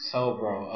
Sobro